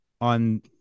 on